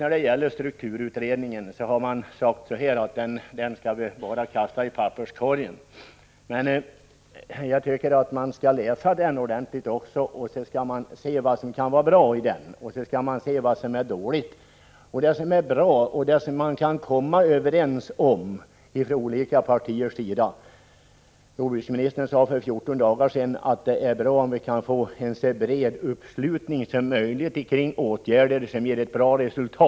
När det gäller strukturutredningen har det sagts att man bara skall kasta den i papperskorgen. Jag tycker emellertid att vi skall läsa den ordentligt och se vad som kan vara bra i den och vad som är dåligt. Det gäller alltså det som är bra och som man från olika partiers sida kan komma överens om, och det bör man kunna ta. Jordbruksministern sade för 14 dagar sedan att det är bra om vi kan få en så bred uppslutning som möjligt kring åtgärder som ger ett gott resultat.